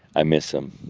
i miss them.